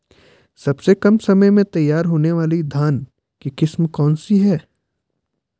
सबसे कम समय में तैयार होने वाली धान की किस्म कौन सी है?